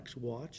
watch